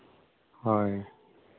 ᱦᱳᱭ